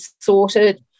sorted